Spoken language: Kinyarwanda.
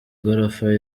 igorofa